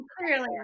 clearly